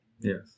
Yes